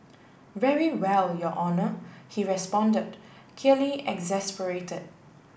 very well your honour he responded clearly exasperated